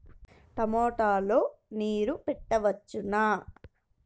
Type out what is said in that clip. టమాట లో నీరు పెట్టవచ్చునా?